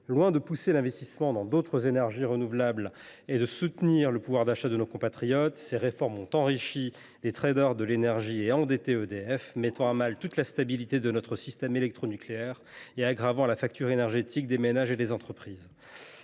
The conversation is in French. Loin de pousser l’investissement dans d’autres énergies renouvelables ou de soutenir le pouvoir d’achat de nos compatriotes, ces réformes ont enrichi des traders de l’énergie et endetté EDF, mettant à mal la stabilité de notre système électronucléaire tout en aggravant la facture énergétique des ménages et des entreprises.